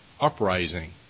uprising